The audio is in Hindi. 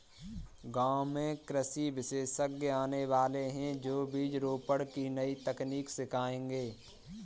गांव में कृषि विशेषज्ञ आने वाले है, जो बीज रोपण की नई तकनीक सिखाएंगे